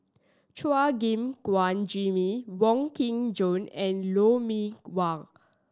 Chua Gim Guan Jimmy Wong Kin Jong and Lou Mee Wah